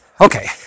okay